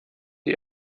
die